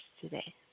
today